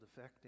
defecting